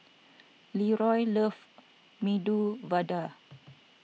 Leroy loves Medu Vada